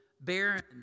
barren